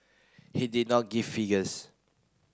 he did not give figures